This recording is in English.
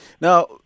Now